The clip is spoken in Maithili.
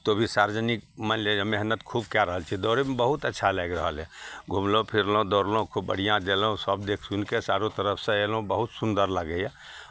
तो भी सार्वजनिक मानि लिअ जे मेहनत कए रहल छी दौड़यमे बहुत अच्छा लागि रहल अइ घुमलहुँ फिरलहुँ दौड़लहुँ खूब बढ़िआँ गेलहुँ सभचीज देख सुनि कऽ चारो तरफसँ देखलहुँ बहुत सुन्दर लागैए